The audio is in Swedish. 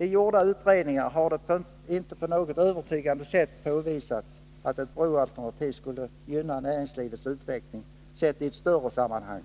I gjorda utredningar har det inte på något övertygande sätt påvisats att ett broalternativ skulle gynna näringslivets utveckling, sett i ett större sammanhang.